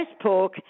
pork